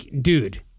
Dude